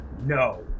No